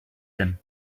them